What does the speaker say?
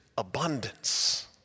Abundance